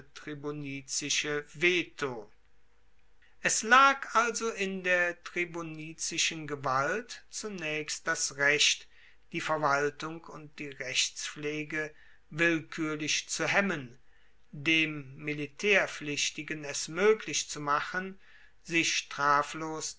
veto es lag also in der tribunizischen gewalt zunaechst das recht die verwaltung und die rechtspflege willkuerlich zu hemmen dem militaerpflichtigen es moeglich zu machen sich straflos